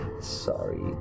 Sorry